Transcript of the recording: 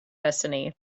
destiny